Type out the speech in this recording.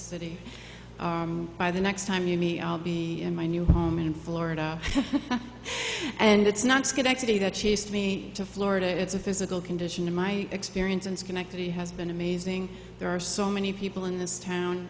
city by the next time you me i'll be in my new home in florida and it's not schenectady that chased me to florida it's a physical condition in my experience and schenectady has been amazing there are so many people in this town